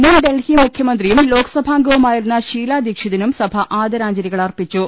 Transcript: മുൻ ഡൽഹി മുഖ്യമന്ത്രിയും ലോക്സഭാംഗവുമാ യിരുന്ന ഷീലാ ദീക്ഷിതിനും സഭ ആദരാഞ്ജലികൾ അർപ്പിച്ചു